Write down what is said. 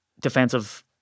defensive